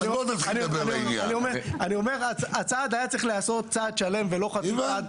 אני אומר הצעד היה צריך להיעשות צעד שלם ולא חקיקה.